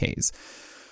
Ks